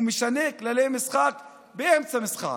ולכן הוא משנה את כללי המשחק באמצע המשחק.